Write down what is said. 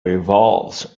revolves